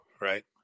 right